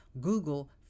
google